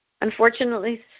Unfortunately